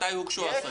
מתי הוגשו ההשגות?